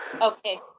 Okay